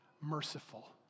merciful